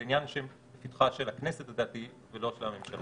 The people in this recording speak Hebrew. זה עניין שהוא לפתחה של הכנסת ולא של הממשלה.